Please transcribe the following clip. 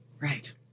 Right